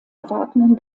erwartenden